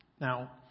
Now